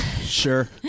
sure